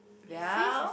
well